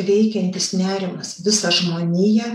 veikiantis nerimas visą žmoniją